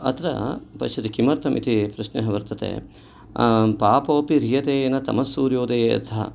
अत्र पश्यति किमर्थम् इति प्रश्नः वर्तते पापोपि ह्रियते येन तमस्सूर्योदये यथा